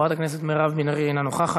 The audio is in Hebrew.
חברת הכנסת מירב בן ארי, אינה נוכחת.